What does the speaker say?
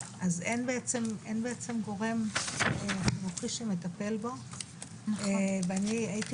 אין בעצם גורם חינוכי שמטפל בו ואני הייתי